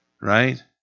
right